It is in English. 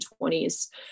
20s